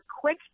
quick